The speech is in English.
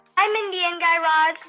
hi, mindy and guy raz.